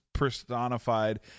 Personified